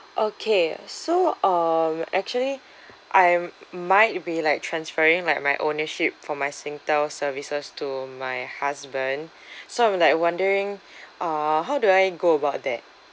okay so um actually I might be like transferring like my ownership for my singtel services to my husband so I'm like wondering uh how do I go about that